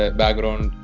background